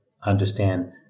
understand